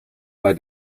bei